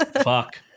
fuck